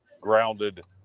grounded